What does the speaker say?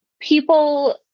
people